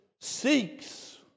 seeks